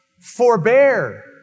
forbear